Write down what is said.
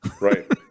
Right